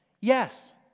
Yes